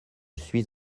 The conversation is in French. suis